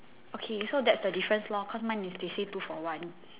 okay so that's the difference lor cause mine is they say two for one